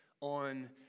on